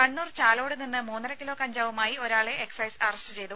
കണ്ണൂർ ചാലോട് നിന്ന് മൂന്നര കിലോ കഞ്ചാവുമായി ഒരാളെ എക്സൈസ് അറസ്റ്റു ചെയ്തു